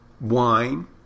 wine